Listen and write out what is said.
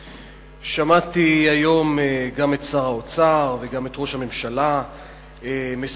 שמעתי היום גם את שר האוצר וגם את ראש הממשלה מספרים